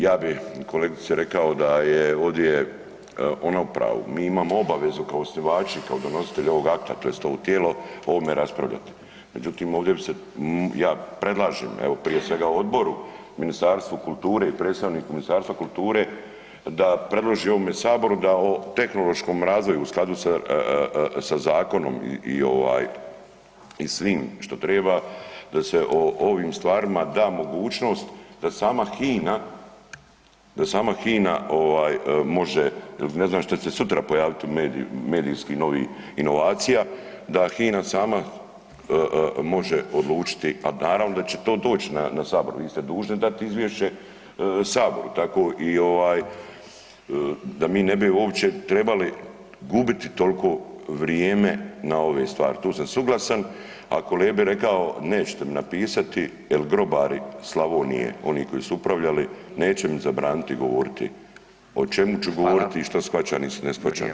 Ja bi kolegice rekao da je ovdje ona u pravu, mi imamo obavezu kao osnivači, kao donositelji ovog akta tj. ovo tijelo o ovome raspravljati međutim ovdje bi se, ja predlažem evo prije svega odboru, Ministarstvu kulture i predstavniku Ministarstva kulture da predloži ovome Saboru da o tehnološkom razvoju u skladu sa zakonom i svim što treba, da se ovim stvarima da mogućnost da sama HINA može jer ne znam šta će se pojaviti u medijskim inovacija da HINA sama može odlučiti a naravno da će to doć na Sabor, vi ste dužni dat izvješće Saboru, tako da mi ne bi uopće trebali gubiti toliko vrijeme na ove stvari, tu sam suglasan a kolegi bi rekao, nećete mi napisati jer grobari Slavonije, oni koji su upravljali, neće mi zabraniti govoriti o čemu ću govoriti i što shvaćam i ne shvaćam.